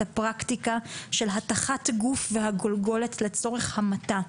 הפרקטיקה של הטחת הגוף והגולגולת לצורך המתה.